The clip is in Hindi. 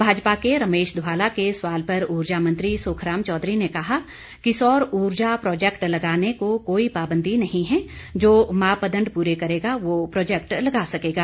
भाजपा के रमेश धवाला के सवाल पर ऊर्जा मंत्री सुखराम चौधरी ने कहा कि सौर ऊर्जा प्रोजेक्ट लगाने को कोई पाबंदी नहीं है जो मापदंड पूरे करेगा वह प्रोजेक्ट लगा सकेगा